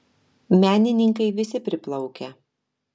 menininkai visi priplaukę